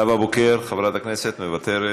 נאווה בוקר, חברת הכנסת, מוותרת,